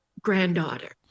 granddaughter